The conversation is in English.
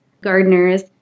gardeners